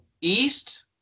east